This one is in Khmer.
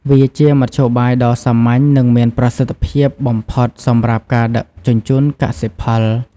វាជាមធ្យោបាយដ៏សាមញ្ញ និងមានប្រសិទ្ធភាពបំផុតសម្រាប់ការដឹកជញ្ជូនកសិផល។